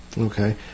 Okay